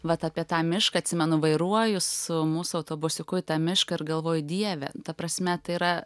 vat apie tą mišką atsimenu vairuoju su mūsų autobusiuku į tą mišką ir galvoju dieve ta prasme tai yra